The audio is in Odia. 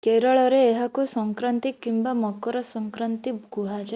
କେରଳରେ ଏହାକୁ ସଂକ୍ରାନ୍ତି କିମ୍ବା ମକର ସଂକ୍ରାନ୍ତି କୁହାଯାଏ